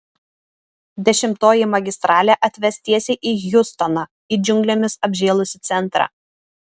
dešimtoji magistralė atves tiesiai į hjustoną į džiunglėmis apžėlusį centrą